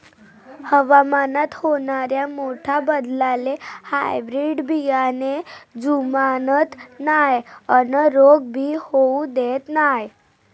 हवामानात होनाऱ्या मोठ्या बदलाले हायब्रीड बियाने जुमानत नाय अन रोग भी होऊ देत नाय